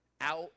out